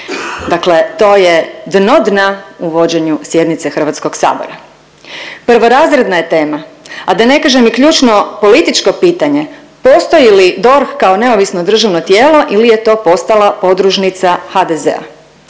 Dakle, to je dno dna u vođenju sjednice Hrvatskog sabora. Prvorazredna je tema, a da ne kažem i ključno političko pitanje postoji li DORH kao neovisno državno tijelo ili je to postala podružnica HDZ-a.